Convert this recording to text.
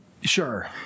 sure